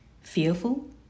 fearful